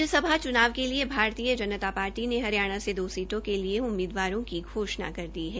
राज्यसभा च्नाव के लिए भारतीय जनता पार्टी ने हरियाणा से दो सीटों के लिए उम्मीदवारों की घोषणा कर दी है